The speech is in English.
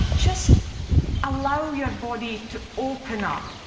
just allow your body to open up,